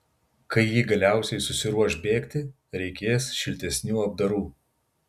kai ji galiausiai susiruoš bėgti reikės šiltesnių apdarų